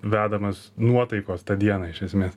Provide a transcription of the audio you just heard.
vedamas nuotaikos tą dieną iš esmės